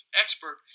expert